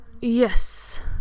Yes